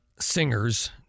singers